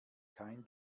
kein